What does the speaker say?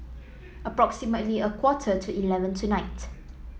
approximately a quarter to eleven tonight